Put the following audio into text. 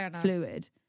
fluid